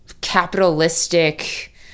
capitalistic